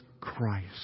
Christ